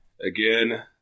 again